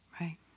Right